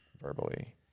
verbally